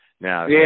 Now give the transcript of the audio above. Now